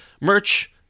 Merch